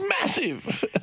massive